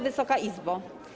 Wysoka Izbo!